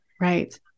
Right